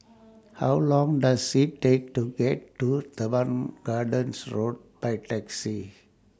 How Long Does IT Take to get to Teban Gardens Road By Taxi